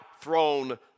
throne